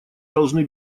должны